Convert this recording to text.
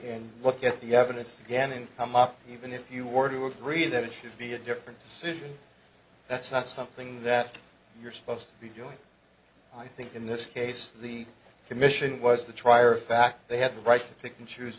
in look at the evidence again and come up even if you were to agree that it should be a different decision that's not something that you're supposed to be doing i think in this case the commission was the trier of fact they had the right pick and choose